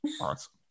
Awesome